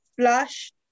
flush